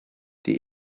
die